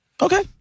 Okay